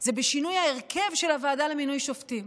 זה בשינוי ההרכב של הוועדה למינוי שופטים.